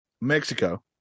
Mexico